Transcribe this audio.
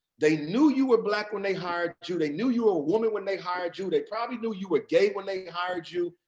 they knew you were black when they hired you, they knew you're a woman when they hired you, they probably knew you were gay when they hired you,